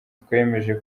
twemeje